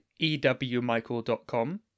ewmichael.com